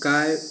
गाय